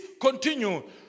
Continue